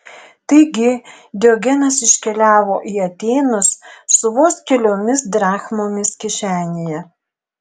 taigi diogenas iškeliavo į atėnus su vos keliomis drachmomis kišenėje